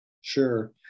Sure